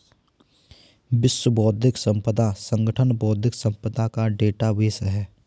विश्व बौद्धिक संपदा संगठन बौद्धिक संपदा का डेटाबेस है